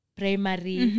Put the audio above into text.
primary